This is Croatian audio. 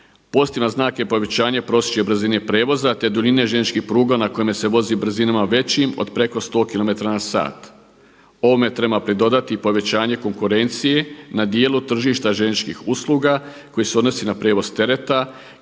Pozitivan znak je povećanje prosječne brzine prijevoza, te duljine željezničkih pruga na kojima se vozi brzinama većim od preko 100 km/h. Ovome treba pridodati i povećanje konkurenciji na dijelu tržišta željezničkih usluga koji se odnosi na prijevoz tereta